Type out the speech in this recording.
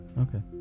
Okay